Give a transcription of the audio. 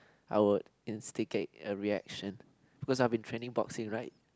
I would indicate the reaction cause I have been training boxing right